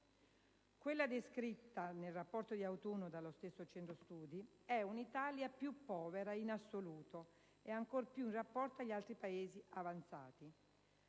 Quella descritta nel rapporto di autunno dello stesso Centro studi è un'Italia più povera in assoluto, e ancor più in rapporto agli altri Paesi avanzati.